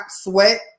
sweat